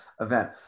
event